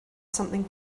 something